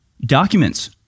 documents